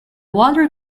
water